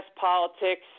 Politics